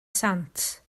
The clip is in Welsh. sant